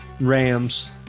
Rams